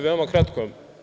Veoma kratko.